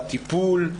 הטיפול,